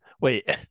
Wait